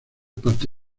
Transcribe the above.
parte